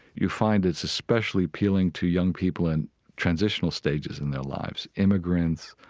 you find it's especially appealing to young people in transitional stages in their lives immigrants,